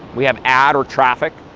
we have ad, or traffic,